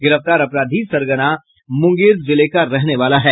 गिरफ्तार अपराधी सरगना मुंगेर जिले का रहने वाला है